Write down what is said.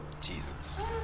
Jesus